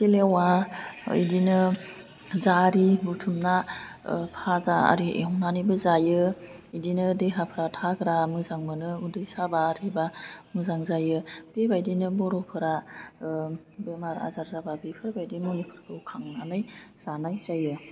खिफिलेवा बिदिनो जारि बुथुमना फाजा आरि एवनानैबो जायो बिदिनो देहाफ्रा थाग्रा मोजां मोनो उदै साबा आरिबा मोजां जायो बेबायदिनो बर'फोरा बेमार आजार जाबा बेफोरबायदि मुलिफोरखौ खांनानै जानाय जायो